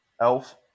Elf